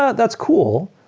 ah that's cool,